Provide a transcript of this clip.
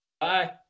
Bye